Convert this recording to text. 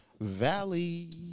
Valley